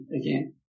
again